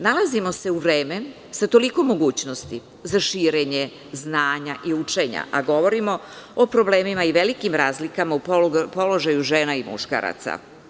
Nalazimo se u vremenu sa toliko mogućnosti za širenje znanja i učenja, a govorimo o problemima i velikim razlikama u položaju žena i muškaraca.